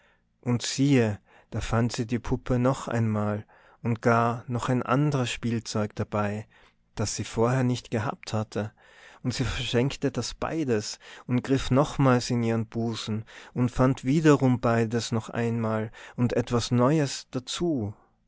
und siehe da fand sie die puppe noch einmal und gar noch ein andres spielzeug dabei das sie vorher nicht gehabt hatte und sie verschenkte das beides und griff nochmals in ihren busen und fand wiederum beides noch einmal und etwas neues dazu